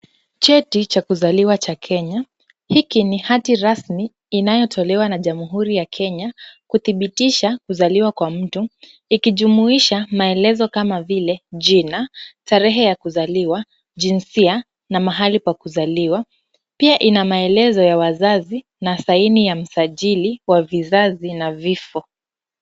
Cheti cha kuzaliwa cha Kenya, hiki ni hati rasmi inayotolewa na jamhuri ya Kenya kudhibitisha kuzaliwa kwa mtu, ikijumuisha maelezo kama vile jina, tarehe ya kuzaliwa, jinsia na mahali pa kuzaliwa, pia ina maelezo ya wazazi na saini ya msajili wa vizazi na vifo.